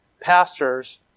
pastors